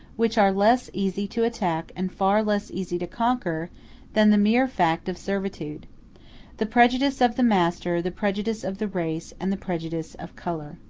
which are less easy to attack and far less easy to conquer than the mere fact of servitude the prejudice of the master, the prejudice of the race, and the prejudice of color.